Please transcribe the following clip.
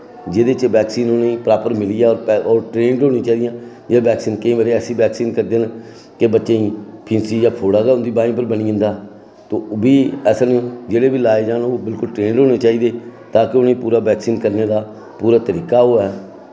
जेह्दे च वैक्सीन उ'नेंगी प्रॉपर मिली जाह्ग तेज होन जाइयै ते केईं बारी ऐसी वैक्सीन करदे न ते बच्चें गी ऐसी जगह् फोड़ा जन गै बनी जंदा ते ओह्बी जेह्ड़े लाज करने आह्ले ओह् पूरे ट्रेन्ड होने चाहिदे ताकी ओह् पूरा वैक्सीन करी लै पूरा तरीका गै